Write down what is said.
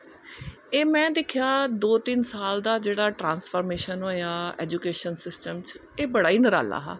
एहे में दिक्खेआ दो त्रै साल दा जेह्ड़ा ट्रांसफर्मेशन होआ ऐजुकेशन सिस्टमच एह् बड़ा इ निराला हा